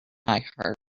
iheart